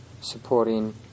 supporting